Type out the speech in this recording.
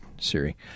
Siri